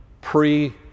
pre-